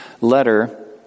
letter